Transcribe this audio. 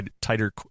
tighter